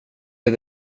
dig